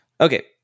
Okay